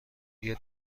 اگه